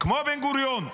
כמו בן-גוריון,